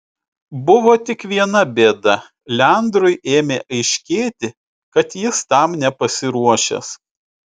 buvo tik viena bėda leandrui ėmė aiškėti kad jis tam nepasiruošęs